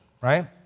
right